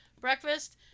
breakfast